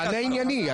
תענה עניינית.